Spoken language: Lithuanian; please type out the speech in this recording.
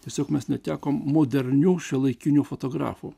tiesiog mes netekom modernių šiuolaikinių fotografų